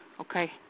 okay